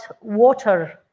water